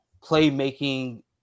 playmaking